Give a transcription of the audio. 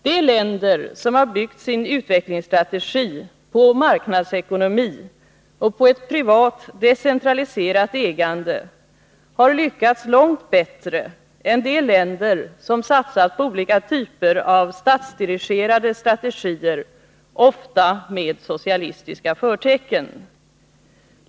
De länder som har byggt sin utvecklingsstrategi på marknadsekonomi och på ett privat, decentraliserat ägande har lyckats långt bättre än de länder som satsat på olika typer av statsdirigerade strategier, ofta med socialistiska förtecken.